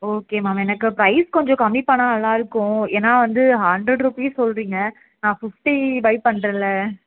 okay ma'am எனக்கு price கொஞ்சம் கம்மி பண்ணால் நல்லா இருக்கும் ஏன்னால் வந்து ஹண்ட்ரட் ருப்பீஸ் சொல்கிறீங்க நான் ஃபிஃப்ட்டி பை பண்ணுறேன்ல